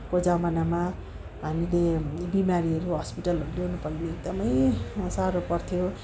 को जमानामा हामीले बिमारीहरू हस्पिटलहरू ल्याउन पनि एकदमै साह्रो पर्थ्यो